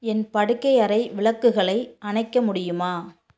என் படுக்கை அறை விளக்குகளை அணைக்க முடியுமா